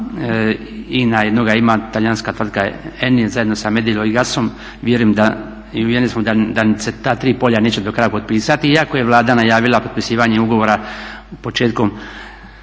2 ima INA, 1 ima talijanka tvrtka ENI zajedno sa Medoilgasom. Vjerujem i uvjereni smo da se ta 3 polja neće do kraja potpisati iako je Vlada najavila potpisivanje ugovora početkom